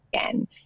again